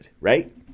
right